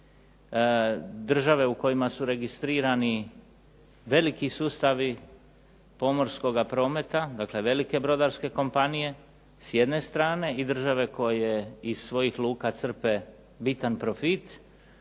države u kojima su registrirani veliki sustavi pomorskoga prometa, dakle velike brodarske kompanije s jedne strane i države koje iz svojih luka crpe bitan profit,